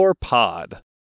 pod